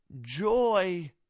Joy